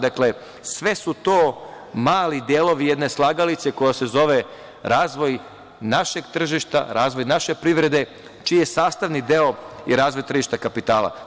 Dakle, sve su to mali delovi jedne slagalice koja se zove razvoj našeg tržišta, razvoj naše privrede, čiji je sastavni deo i razvoj tržišta kapitala.